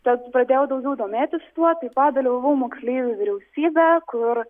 tad pradėjau daugiau domėtis tuo taip pat dalyvavau moksleivių vyriausybę kur